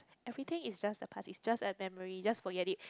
everything is just a past it's just a memory just forget it